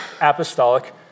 apostolic